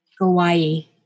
Hawaii